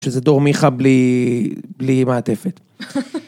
שזה דור מיכה בלי מעטפת.